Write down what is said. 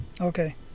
Okay